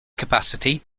capacity